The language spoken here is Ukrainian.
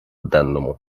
денному